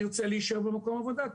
ירצה להישאר במקום העבודה,